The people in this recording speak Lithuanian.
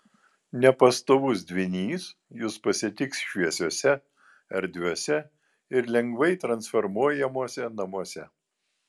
nepastovus dvynys jus pasitiks šviesiuose erdviuose ir lengvai transformuojamuose namuose